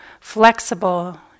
flexible